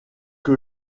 que